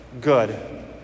good